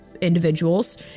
individuals